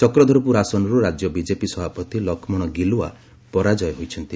ଚକ୍ରଧରପୁର ଆସନରୁ ରାଜ୍ୟ ବିଜେପି ସଭାପତି ଲକ୍ଷ୍ମଣ ଗିଲଓ୍ବା ପରାଜୟ ହୋଇଛନ୍ତି